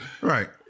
Right